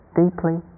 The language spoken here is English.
deeply